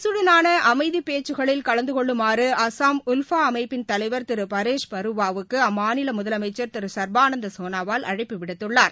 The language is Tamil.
அரசுடனானஅமைதிபேச்சுக்களில் கலந்துகொள்ளுமாறு அஸ்ஸாம் உல்பாஅமைப்பின் தலைவா் திரு பரேஷ் பருவா வுக்கு அம்மாநிலமுதலனமச்சர் திரு ஷர்பானந்தசோளோவால் அழைப்பு விடுத்துள்ளார்